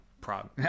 Prague